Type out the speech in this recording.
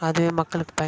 அதுவே மக்களுக்கு பயன்